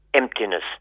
emptiness